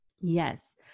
Yes